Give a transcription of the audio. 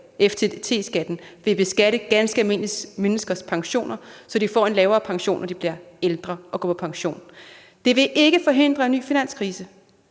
FTT-skatten vil beskatte ganske almindelige menneskers pensioner, så de får en lavere pension, når de bliver ældre og går på pension, og det vil ikke forhindre en ny finanskrise.